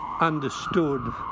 understood